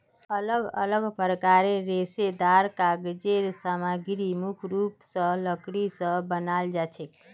अलग अलग प्रकारेर रेशेदार कागज़ेर सामग्री मुख्य रूप स लकड़ी स बनाल जाछेक